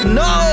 no